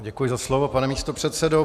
Děkuji za slovo, pane místopředsedo.